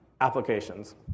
applications